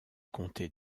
comté